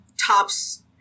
tops